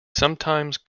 sometimes